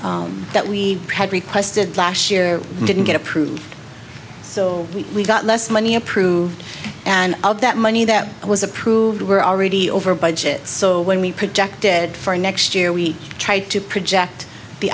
was that we had requested last year didn't get approved so we got less money approved and all of that money that was approved were already over budget so when we projected for next year we tried to project the